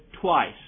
twice